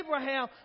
Abraham